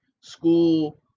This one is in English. school